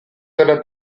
della